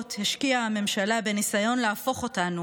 שעות השקיעה הממשלה בניסיון להפוך אותנו